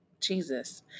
Jesus